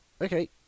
Okay